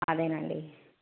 అదే అండి